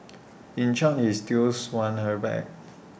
in short he stills wants her back